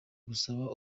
gusaba